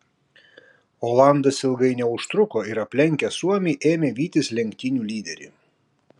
olandas ilgai neužtruko ir aplenkęs suomį ėmė vytis lenktynių lyderį